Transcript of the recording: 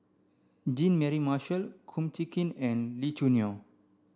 Jean Mary Marshall Kum Chee Kin and Lee Choo Neo